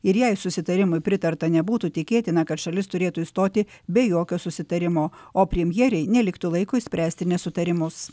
ir jei susitarimui pritarta nebūtų tikėtina kad šalis turėtų išstoti be jokio susitarimo o premjerei neliktų laiko išspręsti nesutarimus